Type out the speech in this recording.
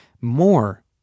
more